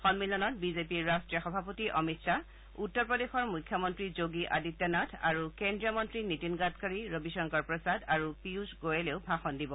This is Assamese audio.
সন্মিলনত বিজেপিৰ ৰাষ্ট্ৰীয় সভাপতি অমিত শ্বাহ উত্তৰ প্ৰদেশৰ মুখ্যমন্তী যোগী আদিত্যনাথ আৰু কেন্দ্ৰীয় মন্তী নীতিন গাডকাৰী ৰবিশংকৰ প্ৰসাদ আৰু পীয়ূষ গোৱেলেও ভাষণ দিব